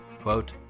Quote